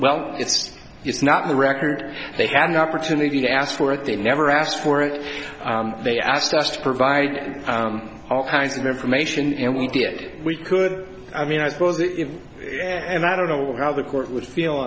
well it's just not in the record they had an opportunity to ask for it they never asked for it they asked us to provide all kinds of information and we did we could i mean i suppose if i and i don't know how the court would feel